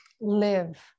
live